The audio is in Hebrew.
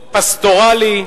פסטורלי,